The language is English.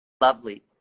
lovely